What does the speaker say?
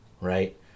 right